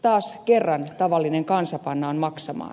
taas kerran tavallinen kansa pannaan maksamaan